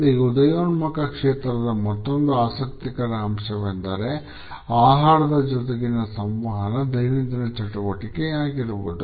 ಈ ಉದಯೋನ್ಮುಖ ಕ್ಷೇತ್ರದ ಮತ್ತೊಂದು ಆಸಕ್ತಿಕರ ಅಂಶವೆಂದರೆ ಆಹಾರದ ಜೊತೆಗಿನ ಸಂವಹನ ದೈನಂದಿನ ಚಟುವಟಿಕೆಯಾಗಿರುವುದು